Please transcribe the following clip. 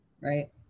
Right